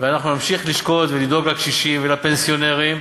ונמשיך לשקוד ולדאוג לקשישים ולפנסיונרים,